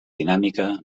dinàmica